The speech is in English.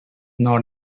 not